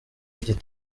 igitabo